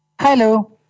hello